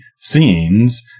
scenes